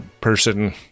person